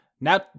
now